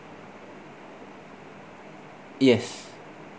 yes